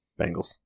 Bengals